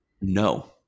No